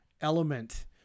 element